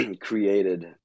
created